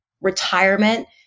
retirement